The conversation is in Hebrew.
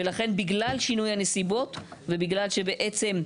ולכן, בגלל שינוי הנסיבות, ובגלל שבעצם,